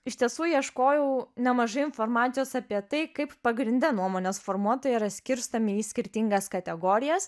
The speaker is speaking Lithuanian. iš tiesų ieškojau nemažai informacijos apie tai kaip pagrindine nuomonės formuotojai yra skirstomi į skirtingas kategorijas